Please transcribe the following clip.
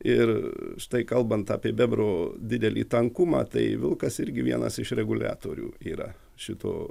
ir štai kalbant apie bebrų didelį tankumą tai vilkas irgi vienas iš reguliatorių yra šitų